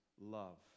love